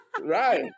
Right